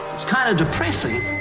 it's kind of depressing